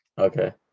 Okay